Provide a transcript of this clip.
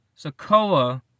Sokoa